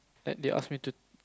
that they ask to